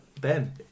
Ben